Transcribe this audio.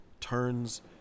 turns